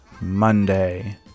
Monday